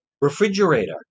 refrigerator